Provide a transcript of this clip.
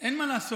אין מה לעשות,